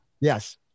Yes